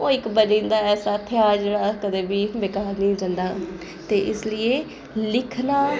ओह् इक बनी जंदा ऐसा थेहार जेह्ड़ा कदें बी बेकार निं जंदा ते इस लेई लिखना